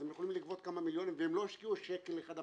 אז הם יכולים לגבות כמה מיליונים והם לא השקיעו שקל אחד.